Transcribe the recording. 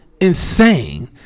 insane